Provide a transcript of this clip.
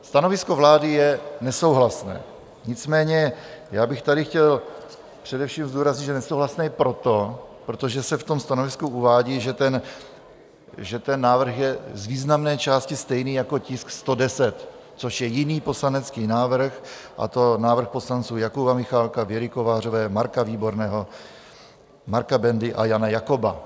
Stanovisko vlády je nesouhlasné, nicméně chtěl bych tady především zdůraznit, že nesouhlasné je proto, protože se v tom stanovisku uvádí, že ten návrh je z významné části stejný jako tisk 110, což je jiný poslanecký návrh, a to návrh poslanců Jakuba Michálka, Věry Kovářové, Marka Výborného, Marka Bendy a Jana Jakoba.